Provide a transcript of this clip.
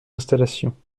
installations